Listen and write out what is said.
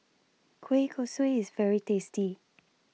Kueh Kosui IS very tasty